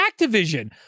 Activision